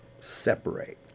separate